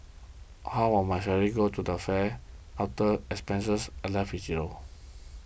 half of my salary goes to the fare after expenses I'm left with zero